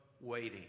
waiting